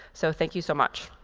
so thank you so much.